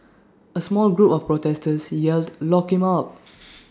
A small group of protesters yelled lock him up